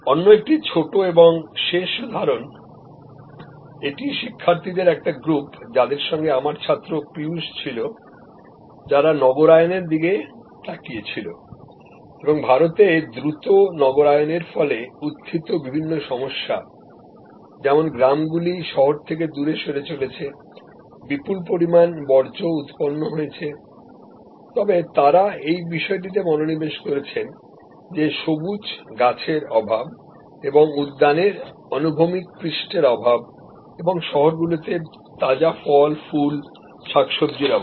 অন্য একটি ছোট এবং শেষ উদাহরণ এটি শিক্ষার্থীদের একটি গ্রুপযাদের সঙ্গে আমার ছাত্র পীযূষ ছিল যারা নগরায়ণের দিকে তাকিয়েছিল এবং ভারতে দ্রুত নগরায়ণের ফলে উত্থিত বিভিন্ন সমস্যা যেমন গ্রামগুলি শহর থেকে দূরে সরে চলেছে বিপুল পরিমাণ বর্জ্য উৎপন্ন হয়েছে তবে তারা এই বিষয়টিতে মনোনিবেশ করেছেন যে সবুজ গাছের অভাব এবং উদ্যানের হরাইজন্টাল সারফেস অভাব এবং শহরগুলিতে তাজা ফল ফুল শাকসব্জির অভাব